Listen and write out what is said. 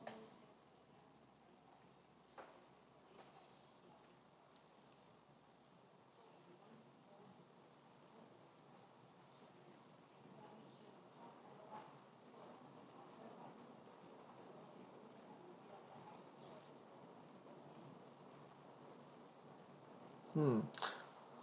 mm